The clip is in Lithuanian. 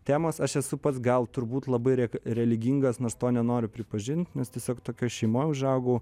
temos aš esu pats gal turbūt labai religingas nors to nenoriu pripažint nes tiesiog tokioj šeimoj užaugau